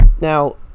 Now